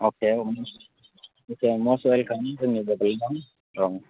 अके अके must welcome जोंनि बड'लेण्ड आव औ